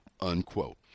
unquote